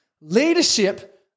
Leadership